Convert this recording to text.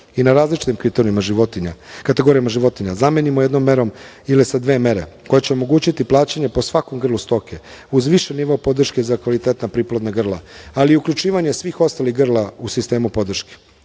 i na različitim kategorijama životinja, zamenimo jednom merom ili sa dve mere koje će omogućiti plaćanje po svakom grlu stoke uz više nivoa podrške za kvalitetne priplodna grla, ali i uključivanje svih ostalih grala u sistemu podrške. Što